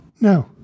No